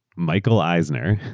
michael eisner,